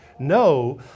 no